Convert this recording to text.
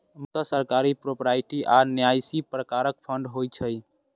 मुख्यतः सरकारी, प्रोपराइटरी आ न्यासी प्रकारक फंड होइ छै